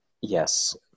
Yes